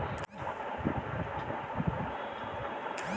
प्रीतम Europe के कई देशों में युद्ध के कारण रिफ्लेक्शन लाया गया है